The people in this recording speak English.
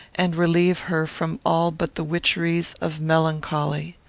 and relieve her from all but the witcheries of melancholy.